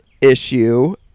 issue